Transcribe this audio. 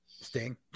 Sting